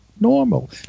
normal